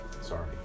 Sorry